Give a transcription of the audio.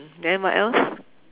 then what else